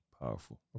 powerful